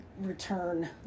return